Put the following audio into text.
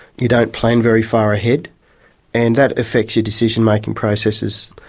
you don't plan very far ahead and that affects your decision-making processes.